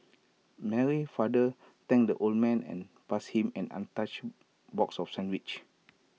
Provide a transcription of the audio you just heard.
Mary's father thanked the old man and passed him an untouched box of sandwiches